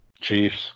Chiefs